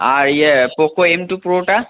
আর ইয়ে Poco M two প্রোটা